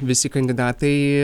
visi kandidatai